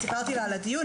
סיפרתי לה על הדיון,